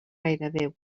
gairebé